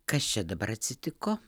kas čia dabar atsitiko